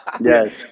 yes